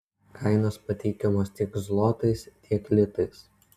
kainos pateikiamos tiek zlotais tiek litais